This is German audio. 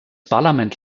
parlament